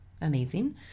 amazing